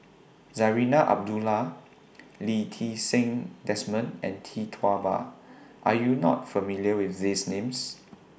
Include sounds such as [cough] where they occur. Zarinah Abdullah [noise] Lee Ti Seng Desmond and Tee Tua Ba Are YOU not familiar with These Names